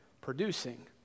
producing